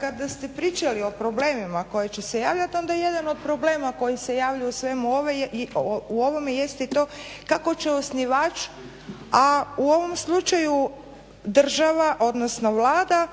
kada ste pričali o problemima koji će se javljati, onda je jedan od problema koji se javljaju u svemu ovome jeste i to kako će osnivač, a u ovom slučaju država, odnosno Vlada